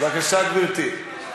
בבקשה, גברתי.